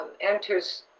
Enters